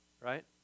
right